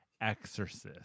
Exorcist